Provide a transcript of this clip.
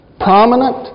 prominent